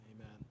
Amen